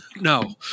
no